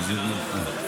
הצבעה.